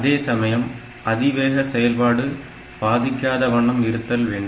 அதேசமயம் அதிவேக செயல்பாடு பாதிக்காத வண்ணம் இருத்தல் வேண்டும்